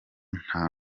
nta